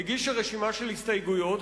הגישה רשימה של הסתייגויות,